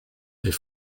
est